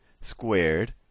squared